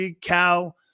Cal